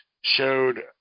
showed